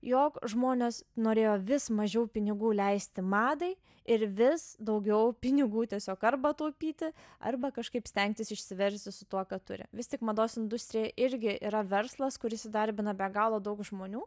jog žmonės norėjo vis mažiau pinigų leisti madai ir vis daugiau pinigų tiesiog arba taupyti arba kažkaip stengtis išsiversti su tuo ką turi vis tik mados industrija irgi yra verslas kuris įdarbina be galo daug žmonių